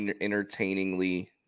entertainingly